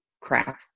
crap